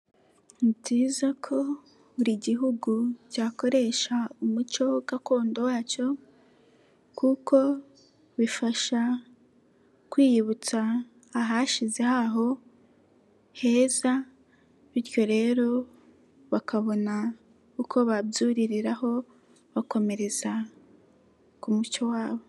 Ni byiza ko buri Gihugu cyakoresha umuco gakondo wacyo kuko bifasha kwiyibutsa ahashize haho heza bityo rero bakabona uko babyuririraho bakomereza ku muco wabo.